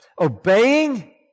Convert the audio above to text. Obeying